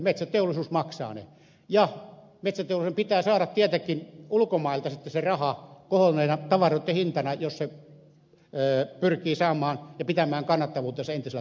metsäteollisuus maksaa ne ja metsäteollisuuden pitää saada tietenkin ulkomailta sitten se raha kohonneina tavaroitten hintana jos se pyrkii saamaan ja pitämään kannattavuutensa entisellä tasolla